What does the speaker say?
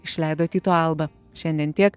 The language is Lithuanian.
išleido tyto alba šiandien tiek